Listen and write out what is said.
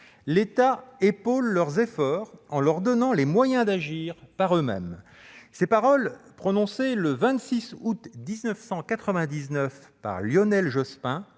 l'État épaule leurs efforts, en leur donnant les moyens d'agir par eux-mêmes. » Ces paroles, prononcées le 26 août 1999 par Lionel Jospin,